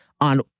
on